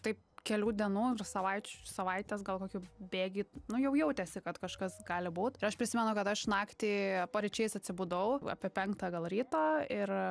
taip kelių dienų ir savaičių ir savaitės gal kokių bėgy nu jau jautėsi kad kažkas gali būt ir aš prisimenu kad aš naktį paryčiais atsibudau apie penktą gal ryto ir